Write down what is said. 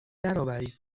درآورید